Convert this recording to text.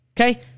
Okay